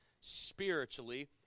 spiritually